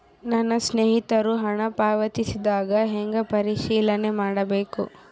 ನನ್ನ ಸ್ನೇಹಿತರು ಹಣ ಪಾವತಿಸಿದಾಗ ಹೆಂಗ ಪರಿಶೇಲನೆ ಮಾಡಬೇಕು?